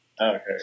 Okay